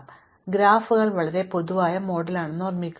ശരി ഗ്രാഫുകൾ വളരെ പൊതുവായ മോഡലാണെന്ന് ഓർമ്മിക്കുക